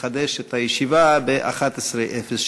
נחדש את הישיבה ב-11:07,